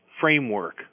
framework